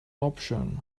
option